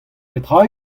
petra